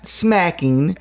smacking